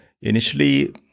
initially